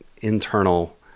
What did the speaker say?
internal